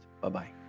Bye-bye